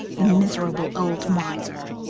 the miserable old miser!